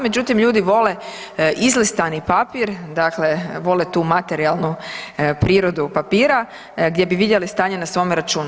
Međutim, ljudi vole izlistani papir, dakle vole tu materijalnu prirodu papira gdje bi vidjeli stanje na svome računu.